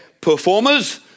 performers